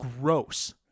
gross